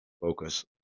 focus